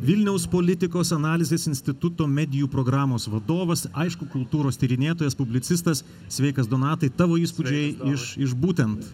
vilniaus politikos analizės instituto medijų programos vadovas aišku kultūros tyrinėtojas publicistas sveikas donatai tavo įspūdžiai iš iš būtent